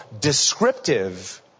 descriptive